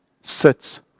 sits